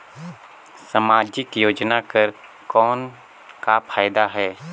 समाजिक योजना कर कौन का फायदा है?